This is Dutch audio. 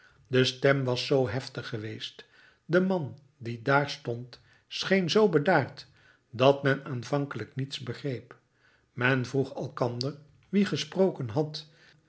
de stem was zoo heftig geweest de man die daar stond scheen zoo bedaard dat men aanvankelijk niets begreep men vroeg elkander wie gesproken had